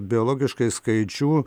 biologiškai skaidžių